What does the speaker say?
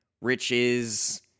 Riches